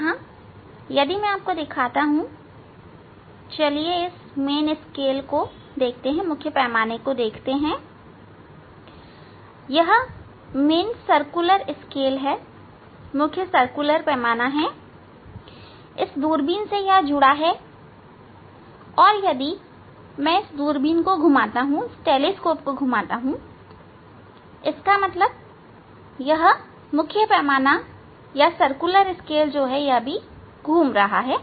यहां यदि मैं आपको दिखाता हूं चलिए इस मुख्य पैमाने को देखते हैं यह मुख्य सर्कुलर स्केल इस दूरबीन से जुड़ा हुआ है यदि मैं इस दूरबीन को घुमाता हूं इसका मतलब यह मुख्य पैमाना अर्थात सर्कुलर स्केल भी घूम रहा है